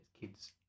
Kids